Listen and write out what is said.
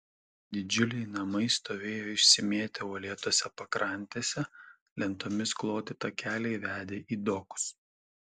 didžiuliai namai stovėjo išsimėtę uolėtose pakrantėse lentomis kloti takeliai vedė į dokus